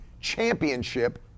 championship